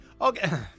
okay